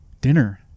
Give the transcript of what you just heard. dinner